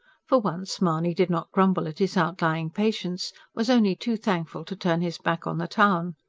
for once mahony did not grumble at his outlying patients was only too thankful to turn his back on the town.